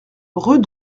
rue